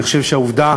אני חושב שהעובדה